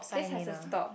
this has to stop